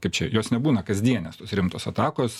kaip čia jos nebūna kasdienės tos rimtos atakos